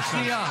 רק שנייה.